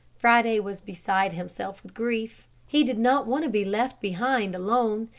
friday was beside himself with grief. he did not want to be left behind alone.